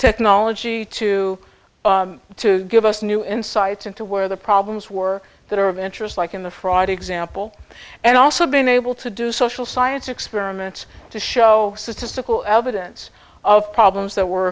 technology to give us new insights into where the problems were that are of interest like in the fraud example and also been able to do social science experiments to show to sickle evidence of problems that were